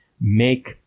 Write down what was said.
Make